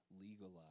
legalize